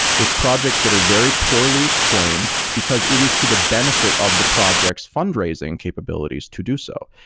it's projects that are very poorly explained, because it is to the benefit of the project's fundraising capabilities to do so.